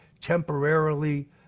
temporarily